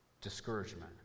discouragement